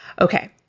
Okay